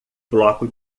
bloco